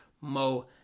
Mo